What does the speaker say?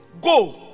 go